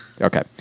Okay